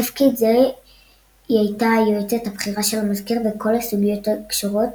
בתפקיד זה היא הייתה היועצת הבכירה של המזכיר בכל הסוגיות הקשורות